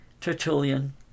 Tertullian